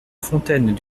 fontaine